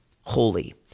holy